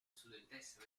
studentessa